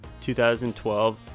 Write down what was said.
2012